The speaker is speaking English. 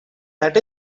that